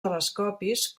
telescopis